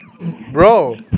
Bro